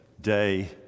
day